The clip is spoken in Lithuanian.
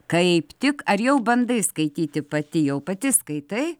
kaip tik ar jau bandai skaityti pati jau pati skaitai